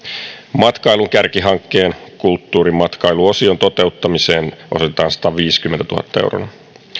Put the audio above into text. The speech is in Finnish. matkailun kärkihankkeen kulttuurimatkailuosion toteuttamiseen osoitetaan sataviisikymmentätuhatta euroa